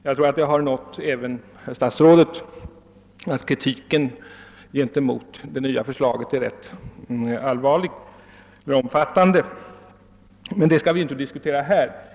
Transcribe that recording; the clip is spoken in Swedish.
Kritiken mot det nya förslaget är ganska allvarlig och omfattande, vilket jag förutsätter har blivit bekant även för statsrådet. Den saken skall vi emellertid inte diskutera här.